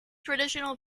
traditional